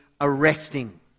arresting